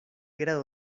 grado